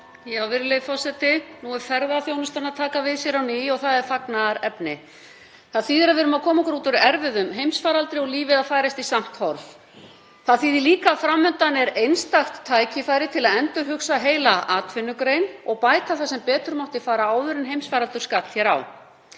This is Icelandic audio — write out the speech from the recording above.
Virðulegi forseti. Nú er ferðaþjónustan að taka við sér á ný og það er fagnaðarefni. Það þýðir að við erum að koma okkur út úr erfiðum heimsfaraldri og lífið er að færast í samt horf. Það þýðir líka að fram undan er einstakt tækifæri til að endurhugsa heila atvinnugrein og bæta það sem betur mátti fara áður en heimsfaraldur skall á.